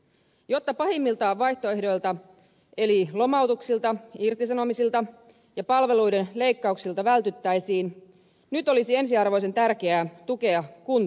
jotta pahimmilta vaihtoehdoilta eli lomautuksilta irtisanomisilta ja palveluiden leikkauksilta vältyttäisiin nyt olisi ensiarvoisen tärkeää tukea kuntia